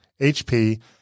HP